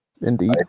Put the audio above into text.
Indeed